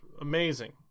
amazing